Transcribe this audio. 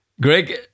Greg